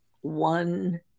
one